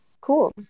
Cool